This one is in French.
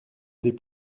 des